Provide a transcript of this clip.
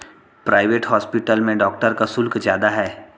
private hospital में doctor का शुल्क ज्यादा है